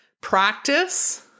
practice